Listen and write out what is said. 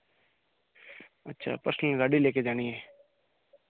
अच्छा पर्सनल गाड़ी लेकर जानी है